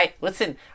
Listen